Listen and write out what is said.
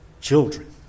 children